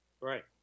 Right